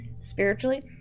spiritually